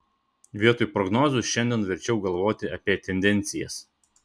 vietoj prognozių šiandien verčiau galvoti apie tendencijas